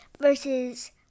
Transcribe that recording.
versus